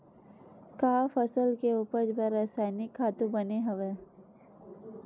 का फसल के उपज बर रासायनिक खातु बने हवय?